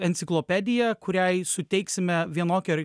enciklopedija kuriai suteiksime vienokį ar